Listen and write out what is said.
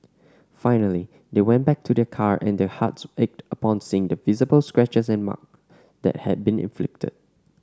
finally they went back to their car and their hearts ached upon seeing the visible scratches and mark that had been inflicted